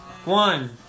One